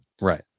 Right